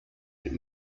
with